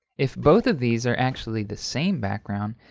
if both of these are actually the same background,